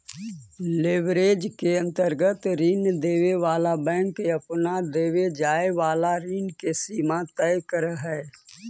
leverage के अंतर्गत ऋण देवे वाला बैंक अपन देवे जाए वाला ऋण के सीमा तय करऽ हई